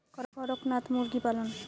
করকনাথ মুরগি পালন?